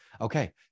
Okay